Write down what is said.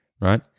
right